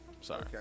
sorry